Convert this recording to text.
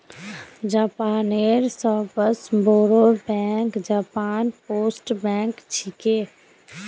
जापानेर सबस बोरो बैंक जापान पोस्ट बैंक छिके